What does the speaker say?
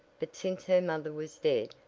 but since her mother was dead,